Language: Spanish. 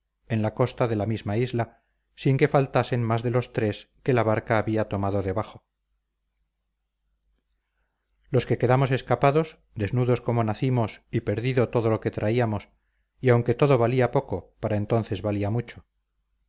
en la costa de la misma isla sin que faltasen más de los tres que la barca había tomado debajo los que quedamos escapados desnudos como nacimos y perdido todo lo que traíamos y aunque todo valía poco para entonces valía mucho